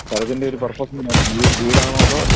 സ്ഥലത്തിൻ്റെ ഒരു പെർഫെക്ഷൻ നോക്കാം വീടാണോ അതോ